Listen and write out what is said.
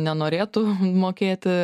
nenorėtų mokėti